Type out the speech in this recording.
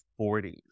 40s